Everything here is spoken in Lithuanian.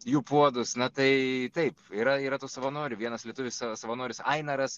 jų puodus na tai taip yra yra tų savanorių vienas lietuvis savanoris ainaras